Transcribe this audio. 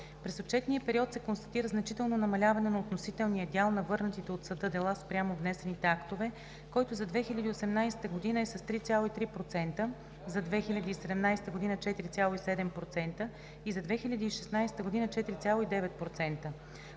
През отчетния период се констатира значително намаляване на относителния дял на върнатите от съда дела спрямо внесените актове, който за 2018 г. е 3,3%, за 2017 г. – 4,7%, и за 2016 г. – 4,9%.